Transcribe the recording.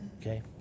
okay